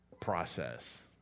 process